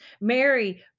Mary